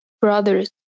brothers